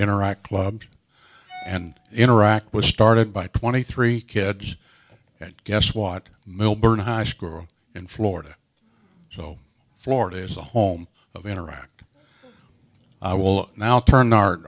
interact club and interact was started by twenty three kids and guess what milburn high school in florida so florida is the home of interact i will now turn art